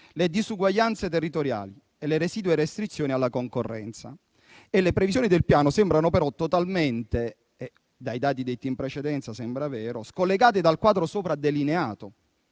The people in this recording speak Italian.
le disuguaglianze territoriali e le residue restrizioni alla concorrenza, e le previsioni del Piano sembrano però totalmente - e dai dati letti in precedenza sembra vero - scollegate dal quadro sopra delineato.